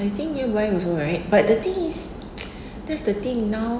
I think nearby was alright but the thing is that's the thing now